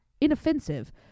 inoffensive